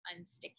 Unstick